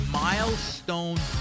milestone